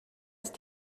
ist